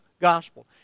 gospel